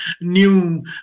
new